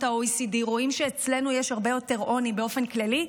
ה-OECD רואים שאצלנו יש הרבה יותר עוני באופן כללי,